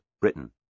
Britain